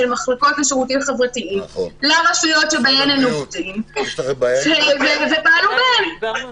מחלקות לשירותים חברתיים לרשויות שבהן הם עובדים ופעלו בהן.